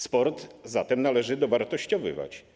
Sport zatem należy dowartościowywać.